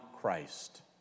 Christ